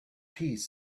piece